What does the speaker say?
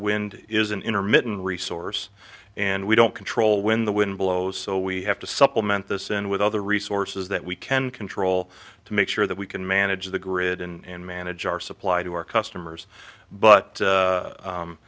wind is an intermittent resource and we don't control when the wind blows so we have to supplement this in with other resources that we can control to make sure that we can manage the grid and manage our supply to our customers